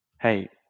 Hey